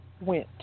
went